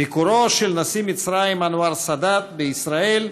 ביקורו של נשיא מצרים אנואר סאדאת בישראל,